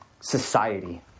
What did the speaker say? society